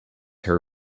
her